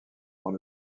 dans